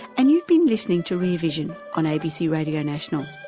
and you've been listening to rear vision on abc radio national.